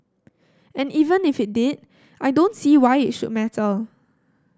and even if it did I don't see why it should matter